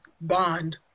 bond